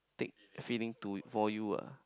thick feeling to for you ah